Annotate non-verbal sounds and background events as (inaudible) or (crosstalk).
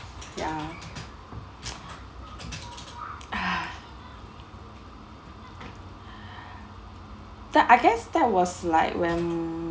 ya (noise) that I guess that was like when